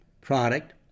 product